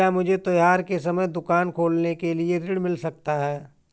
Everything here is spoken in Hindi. क्या मुझे त्योहार के समय दुकान खोलने के लिए ऋण मिल सकता है?